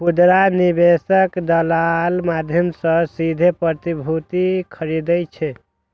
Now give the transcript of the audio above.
खुदरा निवेशक दलालक माध्यम सं सीधे प्रतिभूति खरीदै छै